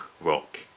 rock